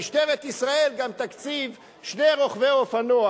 משטרת ישראל גם תקציב שני רוכבי אופנוע